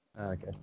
Okay